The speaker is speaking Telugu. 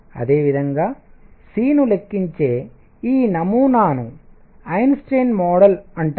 అదే విధంగా C ను లెక్కించే ఈ నమూనాను ఐన్స్టీన్ మోడల్ అంటారు